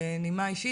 בנימה אישית,